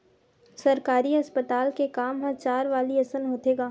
सरकारी अस्पताल के काम ह चारवाली असन होथे गा